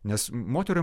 nes moterų